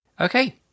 Okay